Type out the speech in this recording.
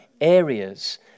areas